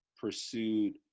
pursued